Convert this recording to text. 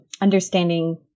understanding